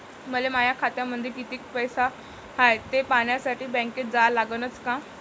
मले माया खात्यामंदी कितीक पैसा हाय थे पायन्यासाठी बँकेत जा लागनच का?